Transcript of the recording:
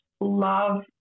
love